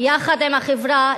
יחד עם החברה,